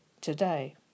today